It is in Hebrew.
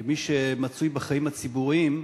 כמי שמצוי בחיים הציבוריים,